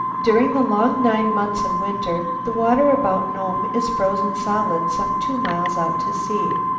during the long nine months of winter the water about nome is frozen solid some two miles out to sea.